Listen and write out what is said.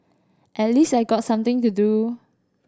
at least I got something to do